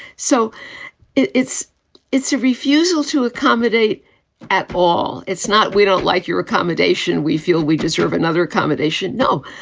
so it's it's a refusal to accommodate at all. it's not we don't like your accommodation. we feel we deserve another accommodation. no,